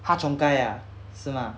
har jiong gei ah 是吗